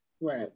Right